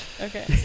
Okay